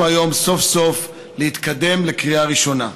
היום סוף-סוף להתקדם לקריאה ראשונה.